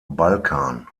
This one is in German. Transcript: balkan